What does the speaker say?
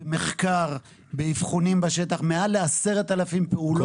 במחקר, באבחונים בשטח, מעל ל-10,000 פעולות.